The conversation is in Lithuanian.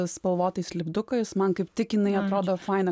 spalvotais lipdukais man kaip tik jinai atrodo faina